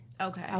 Okay